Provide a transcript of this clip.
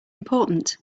important